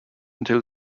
until